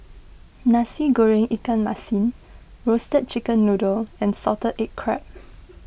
Nasi Goreng Ikan Masin Roasted Chicken Noodle and Salted Egg Crab